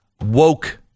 woke